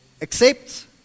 Accept